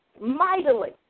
mightily